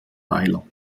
weiler